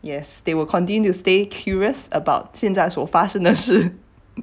yes they will continue to stay curious about 现在所发生的事